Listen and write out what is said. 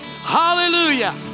Hallelujah